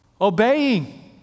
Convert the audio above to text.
Obeying